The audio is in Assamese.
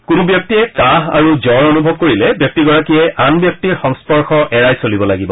কোনো ব্যক্তিয়ে কাহ আৰু জ্বৰ অনুভৱ কৰিলে ব্যক্তিগৰাকীয়ে আন ব্যক্তিৰ সংস্পৰ্শ এৰাই চলিব লাগিব